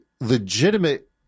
legitimate